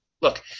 Look